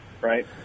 Right